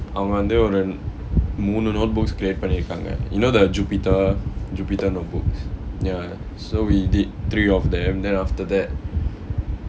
அவங்க வந்து ஒரு மூணு:avanga vanthu oru moonu notebooks clear பண்ணிருக்காங்க:pannirukkaaanga you know the Jupiter Jupiter notebooks ya so we did three of them then after that